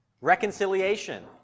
reconciliation